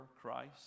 christ